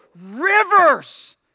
rivers